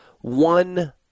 one